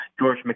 George